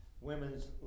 women's